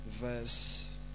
verse